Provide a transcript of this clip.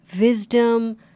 wisdom